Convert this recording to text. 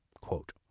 Quote